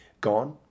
gone